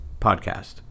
podcast